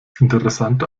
interessante